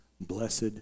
blessed